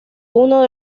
uno